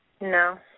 No